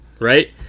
right